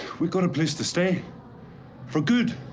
we've got a place to stay for good.